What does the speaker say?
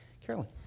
Carolyn